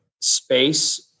space